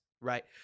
right